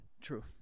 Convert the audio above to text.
True